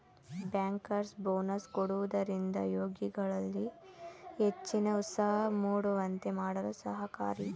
bankers bonus ಕೊಡುವುದರಿಂದ ಉದ್ಯೋಗಿಗಳಲ್ಲಿ ಹೆಚ್ಚಿನ ಉತ್ಸಾಹ ಮೂಡುವಂತೆ ಮಾಡಲು ಸಹಕಾರಿ